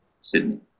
Sydney